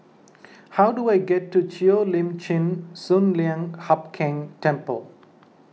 how do I get to Cheo Lim Chin Sun Lian Hup Keng Temple